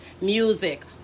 music